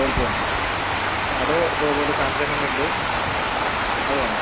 വേൾപൂളാണോ അതോ ഇതേപോലെ സാംസങ്ങിൻ്റെയുണ്ട് അത് വേണോ